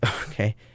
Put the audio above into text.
Okay